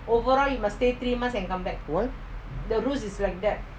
why